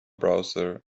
browser